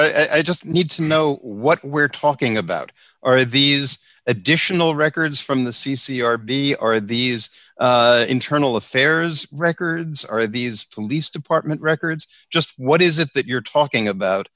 i just need to know what we're talking about are these additional records from the c c r b are these internal affairs records are these police department records just what is it that you're talking about